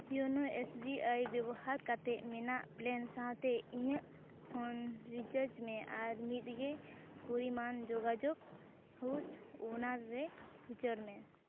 YONO S B I ᱵᱮᱵᱚᱦᱟᱨ ᱠᱟᱛᱮᱫ ᱢᱮᱱᱟᱜ ᱯᱞᱮᱱ ᱥᱟᱶᱛᱮ ᱤᱧᱟᱹᱜ ᱯᱷᱳᱱ ᱨᱤᱪᱟᱡᱽ ᱢᱮ ᱟᱨ ᱢᱤᱫᱜᱮ ᱯᱚᱨᱤᱢᱟᱱ ᱡᱳᱜᱟᱡᱳᱜᱽ ᱦᱩᱥ ᱚᱱᱟᱨᱮ ᱩᱪᱟᱹᱲ ᱢᱮ